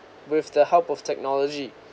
with the help of technology